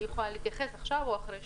אני יכולה להתייחס עכשיו או אחרי?